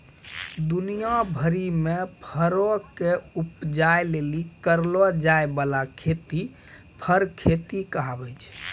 दुनिया भरि मे फरो के उपजा लेली करलो जाय बाला खेती फर खेती कहाबै छै